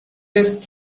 just